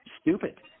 stupid